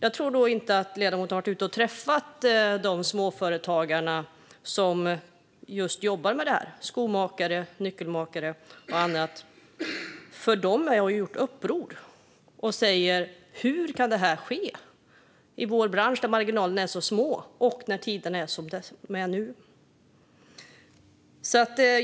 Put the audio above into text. Då tror jag inte att ledamoten har varit ute och träffat de småföretagare som jobbar just med detta - skomakare, nyckelmakare och andra. De har ju gjort uppror, och de säger: Hur kan det här ske i vår bransch, där marginalerna är så små, och när tiderna är som de är nu?